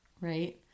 Right